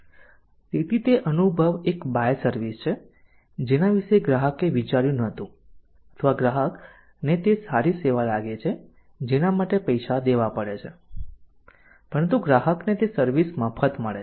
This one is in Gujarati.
તેથી તે અનુભવ એક બાય સર્વિસ છે જેના વિશે ગ્રાહકે વિચાર્યું ન હતું અથવા ગ્રાહક ને તે સારી સેવા લાગે છે જેના માટે પૈસા દેવા પડે પરંતુ ગ્રાહકને તે સર્વિસ મફત મળે છે